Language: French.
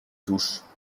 touche